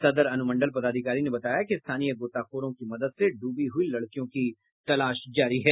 सदर अनुमंडल पदाधिकारी ने बताया कि स्थानीय गोताखोरों की मदद से डूबी हुई लड़कियों की तलाश जारी है